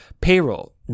payroll